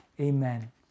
amen